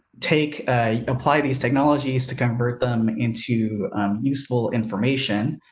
take a apply these technologies to convert them into useful information,